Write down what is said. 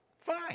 Fine